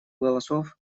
голосов